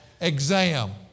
exam